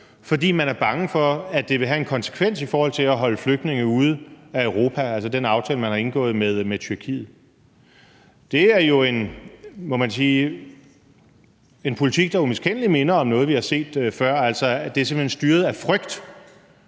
fordi man er bange for, at det vil have en konsekvens i forhold til at holde flygtninge ude af Europa, altså den aftale, man har indgået med Tyrkiet. Det er jo en, må man sige, politik, der umiskendelig minder om noget, vi har set før. Det er simpelt hen styret af frygt